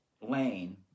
lane